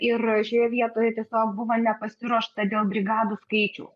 ir šioje vietoje tiesiog buvo nepasiruošta dėl brigadų skaičiaus